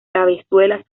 cabezuelas